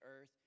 earth